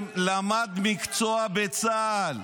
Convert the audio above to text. דרך אגב, באופן מעשי לא שירת בצה"ל.